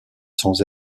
sans